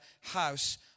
house